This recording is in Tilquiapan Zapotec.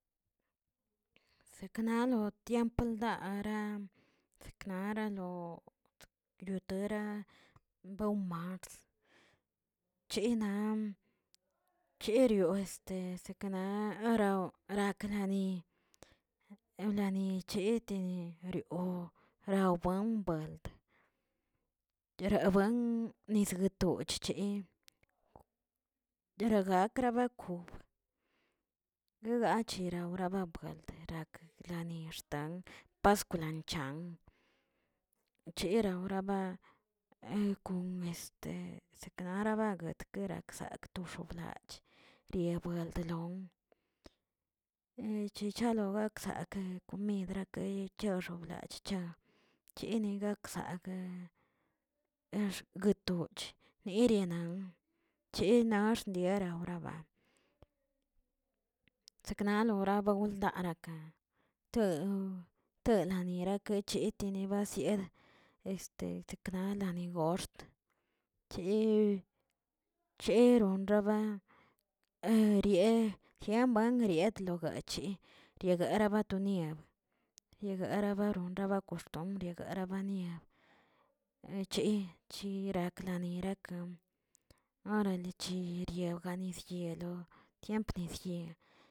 Seknaro tiemp lo ldaara, seknara lo yotura beoꞌ mars, chinan cherio kna areoraknani, ewlani chetedeni o rawbuen buald, yerabuen nisguetochchi deragakrabekog guedachiro lababgald dirak rlanixtan baskulani chan, cherauraba kon b seknara baguet keraksakꞌ toxob lach, riabueldolon chechalo gaksakə kumidrakə xoblach chaa, chini gaksagꞌ exguetochꞌ erenan, chenax dierauraba, sekna bauda baudarak' to tolanira kechitini bas sekna lanigoxt, che- cheron raba, arie yengariet lobache yegaraba tuniaꞌb yegara ba costumbr. yegara bani che cheyeraklarani rakla, orale chigoriogani yelo wnitziel.